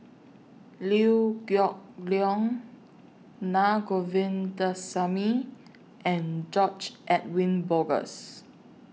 Liew Geok Leong Naa Govindasamy and George Edwin Bogaars